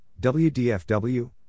WDFW